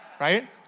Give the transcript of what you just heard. Right